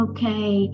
Okay